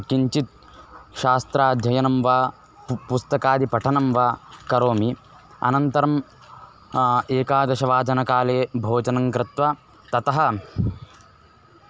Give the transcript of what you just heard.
किञ्चित् शास्त्राध्ययनं वा पु पुस्तकादिपठनं वा करोमि अनन्तरम् एकादशवादनकाले भोजनङ्कृत्वा ततः